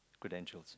Prudential's